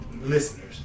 listeners